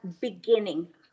beginning